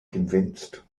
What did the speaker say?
convinced